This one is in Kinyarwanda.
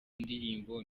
ndirimbo